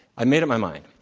i made up my mind.